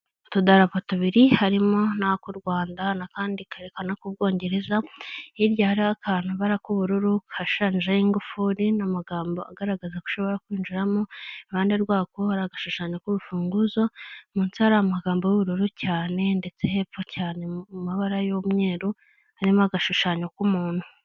Utudarapa tubiri harimo na k'u Rwanda na kandi karekana ku bwongereza, hirya hari akantu bara k'ubururu gashushanyijeho ingufuri n'amagambo agaragaza ko ushobora kwinjiramo, iruhande rwako hari agashushanyo k'urufunguzo, munsi ari amagambo y'ubururu cyane ndetse hepfo cyane mu mabara y'umweru, harimo agashushanyo k'umuntu.